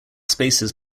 spaces